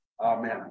Amen